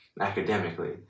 academically